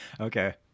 Okay